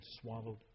swallowed